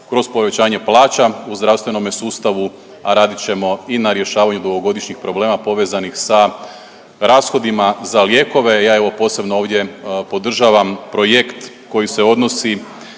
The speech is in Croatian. kroz povećanje plaća u zdravstvenome sustavu, a radit ćemo i na rješavanju ovogodišnjih problema povezanih sa rashodima za lijekove. Ja evo posebno ovdje podržavam projekt koji se odnosi